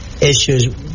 issues